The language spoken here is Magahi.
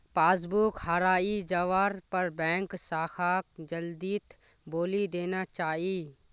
पासबुक हराई जवार पर बैंक शाखाक जल्दीत बोली देना चाई